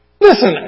Listen